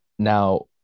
Now